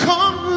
Come